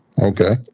Okay